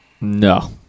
No